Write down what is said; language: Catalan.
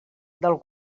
del